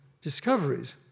discoveries